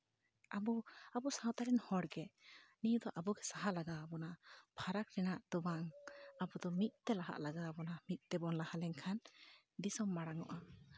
ᱟᱵᱚ ᱵᱚ ᱥᱟᱶᱛᱟ ᱨᱮᱱ ᱦᱚᱲᱜᱮ ᱱᱤᱭᱟᱹ ᱫᱚ ᱟᱵᱚ ᱜᱮ ᱥᱟᱦᱟ ᱞᱟᱜᱟᱣ ᱵᱚᱱᱟ ᱯᱷᱟᱨᱟᱠ ᱨᱮᱱᱟᱜ ᱫᱚ ᱵᱟᱝ ᱟᱵᱚ ᱫᱚ ᱢᱤᱫ ᱛᱮ ᱞᱟᱦᱟᱜ ᱞᱟᱜᱟᱣ ᱟᱵᱚᱱᱟ ᱢᱤᱫ ᱛᱮᱵᱚᱱ ᱞᱟᱦᱟ ᱞᱮᱱᱠᱷᱟᱱ ᱫᱤᱥᱚᱢ ᱢᱟᱲᱟᱝᱚᱜᱼᱟ